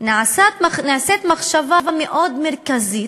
נעשתה מחשבה מאוד מרכזית,